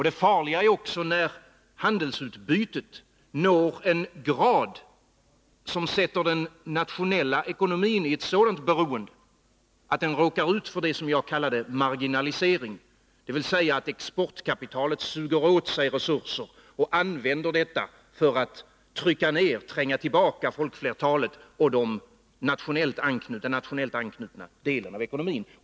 Det är också farligt när handelsutbytet når en grad som sätter den nationella ekonomin i ett sådant beroende att den råkar ut för vad jag kallade marginalisering, dvs. att exportkapitalet suger åt sig resurser och använder dem för att trycka ned och tränga tillbaka folkflertalet och den nationellt anknutna delen av ekonomin.